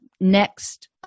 next